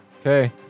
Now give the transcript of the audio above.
Okay